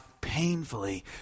painfully